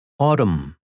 Autumn